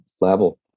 level